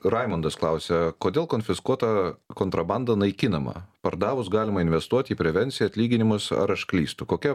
raimundas klausia kodėl konfiskuota kontrabanda naikinama pardavus galima investuot į prevenciją atlyginimus ar aš klystu kokia